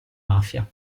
mafia